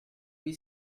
cui